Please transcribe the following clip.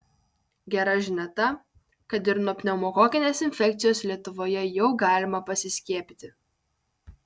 gera žinia ta kad ir nuo pneumokokinės infekcijos lietuvoje jau galima pasiskiepyti